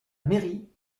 mairie